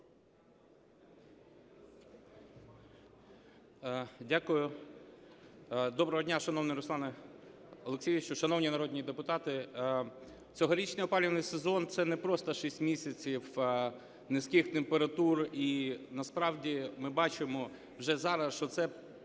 Дякую. Доброго дня, шановний Руслане Олексійовичу, шановні народні депутати! Цьогорічний опалювальний сезон – це не просто шість місяців низьких температур, насправді ми бачимо вже зараз, що це